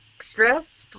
stress